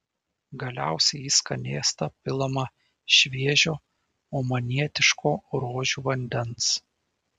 galiausiai į skanėstą pilama šviežio omanietiško rožių vandens